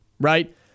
right